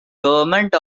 government